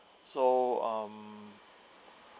so um